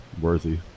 worthy